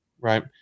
right